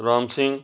Ram Singh